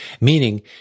meaning